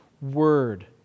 word